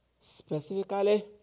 Specifically